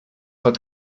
hat